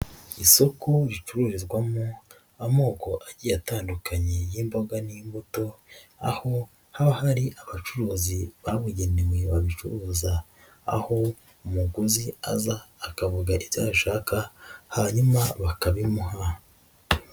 Isoko ricururizwamo amoko agiye atandukanye y'imboga n'imbuto, aho haba hari abacuruzi babugenewe babicuruza. Aho umuguzi aza akavuga ibyo ashaka hanyuma bakabimuha.